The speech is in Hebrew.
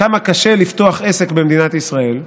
כמה קשה לפתוח עסק במדינת ישראל,